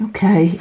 Okay